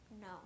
No